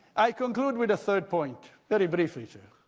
i conclude with a third point, very briefly chair.